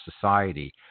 society